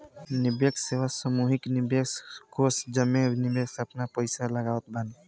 निवेश सेवा सामूहिक निवेश कोष जेमे निवेशक आपन पईसा लगावत बाने